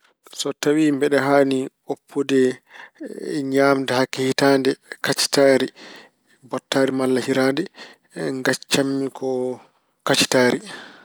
So tawi mbeɗa haani woppude ñaamde hakke hitaande kacitari, bottaari malla hiiraande, ngaccanmi ko kacitari.